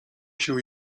się